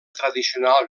tradicional